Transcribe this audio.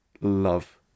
love